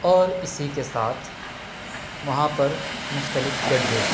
اور اسی کے ساتھ وہاں پر مختلف گڈھے